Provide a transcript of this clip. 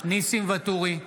ואטורי,